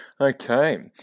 Okay